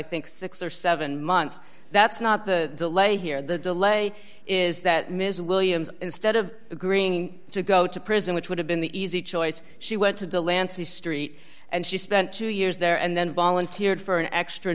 think six or seven months that's not the delay here the delay is that ms williams instead of agreeing to go to prison which would have been the easy choice she went to deland street and she spent two years there and then volunteered for an extra